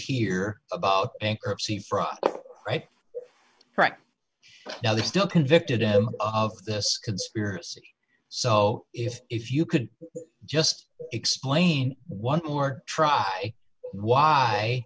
hear about bankruptcy fraud right correct now they're still convicted him of this conspiracy so if if you could just explain one more try why